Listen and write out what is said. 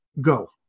go